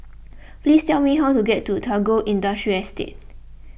please tell me how to get to Tagore Industrial Estate